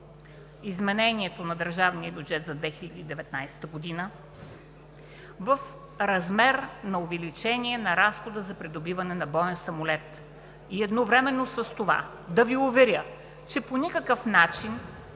изменението на държавния бюджет за 2019 г. в размер на увеличение на разхода за придобиване на боен самолет. И едновременно с това да Ви уверя, че по никакъв начин